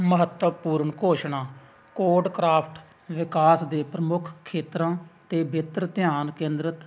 ਮਹੱਤਵਪੂਰਨ ਘੋਸ਼ਣਾ ਕੋਟਕ੍ਰਾਫਟ ਵਿਕਾਸ ਦੇ ਪ੍ਰਮੁੱਖ ਖੇਤਰਾਂ 'ਤੇ ਬਿਹਤਰ ਧਿਆਨ ਕੇਂਦਰਿਤ